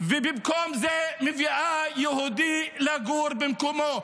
ובמקום זה מביאה יהודי לגור במקומו.